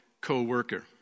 co-worker